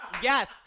Yes